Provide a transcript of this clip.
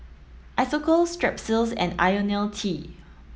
Isocal Strepsils and Ionil T